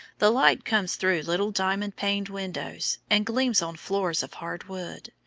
the light comes through little diamond-paned windows, and gleams on floors of hard wood,